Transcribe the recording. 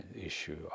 issue